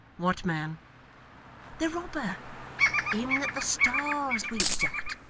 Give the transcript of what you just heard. what man the robber him that the stars winked at.